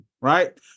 right